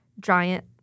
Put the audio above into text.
giant